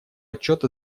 отчет